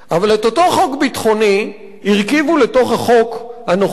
אבל את אותו חוק ביטחוני הרכיבו לתוך החוק הנוכחי